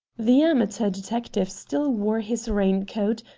the amateur detective still wore his rain-coat,